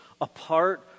apart